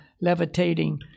levitating